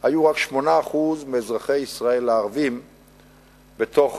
היו רק 8% מאזרחי ישראל הערבים בתוך